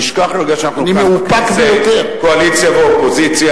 נשכח רגע שאנחנו כאן בכנסת קואליציה ואופוזיציה.